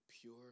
pure